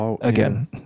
again